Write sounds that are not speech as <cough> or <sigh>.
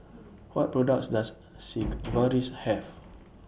What products Does <noise> Sigvaris Have